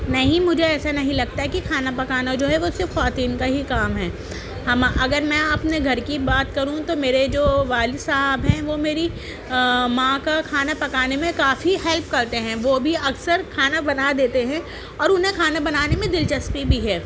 نہیں مجھے ایسا نہیں لگتا کہ کھانا پکانا جو ہے وہ صرف خواتین کا ہی کام ہے ہم اگر میں اپنے گھر کی بات کروں تو میرے جو والد صاحب ہیں وہ میری ماں کا کھانا پکانے میں کافی ہیلپ کرتے ہیں وہ بھی اکثر کھانا بنا دیتے ہیں اور انہیں کھانا بنانے میں دلچسپی بھی ہے